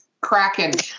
kraken